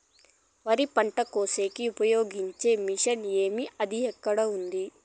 వరి పంట కోసేకి ఉపయోగించే మిషన్ ఏమి అది ఎక్కడ ఉంది?